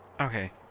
Okay